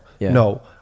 no